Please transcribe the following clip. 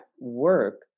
work